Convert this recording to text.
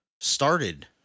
started